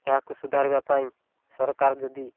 ଏହାକୁ ସୁଧାରିବା ପାଇଁ ସରକାର ଯଦି